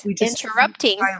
interrupting